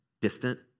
distant